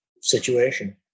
situation